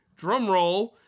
drumroll